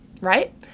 right